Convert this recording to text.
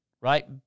right